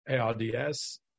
ARDS